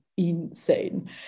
insane